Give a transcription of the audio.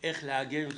איך לעגן זאת.